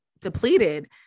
depleted